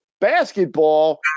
Basketball